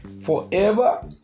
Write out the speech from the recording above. forever